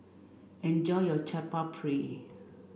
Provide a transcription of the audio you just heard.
enjoy your Chaat Papri